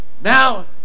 Now